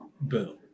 boom